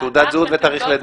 תעודת זהות ותאריך לידה.